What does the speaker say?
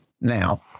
Now